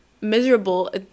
miserable